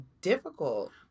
difficult